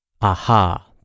Aha